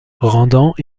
rendant